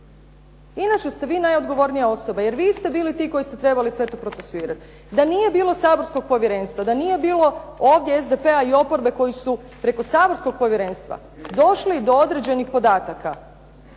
Inače ste vi najodgovornija osoba, jer vi ste bili ti koji ste trebali sve to procesuirati. Da nije bilo saborskog povjerenstva, da nije bilo ovdje SDP-a koji su preko saborskog povjerenstva došli do određenih podataka